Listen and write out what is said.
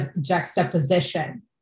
juxtaposition